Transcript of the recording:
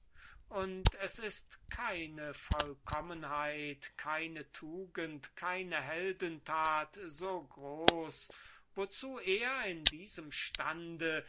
und es ist keine vollkommenheit keine tugend keine heldentat so groß wozu er in diesem stande